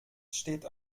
steht